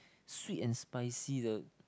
sweet and spicy the